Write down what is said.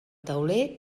tauler